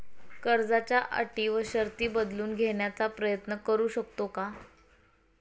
कर्जाच्या अटी व शर्ती बदलून घेण्याचा प्रयत्न करू शकतो का?